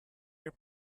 your